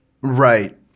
Right